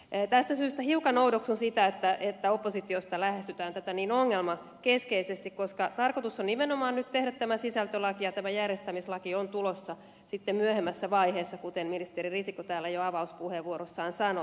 tästä syystä hiukan oudoksun sitä että oppositiosta lähestytään tätä niin ongelmakeskeisesti koska tarkoitus on nimenomaan nyt tehdä tämä sisältölaki ja tämä järjestämislaki on tulossa sitten myöhemmässä vaiheessa kuten ministeri risikko täällä jo avauspuheenvuorossaan sanoi